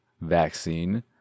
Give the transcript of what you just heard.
vaccine